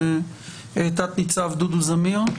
תת-ניצב דדו זמיר,